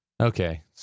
Okay